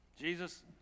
Jesus